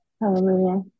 Hallelujah